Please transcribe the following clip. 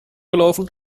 gelaufen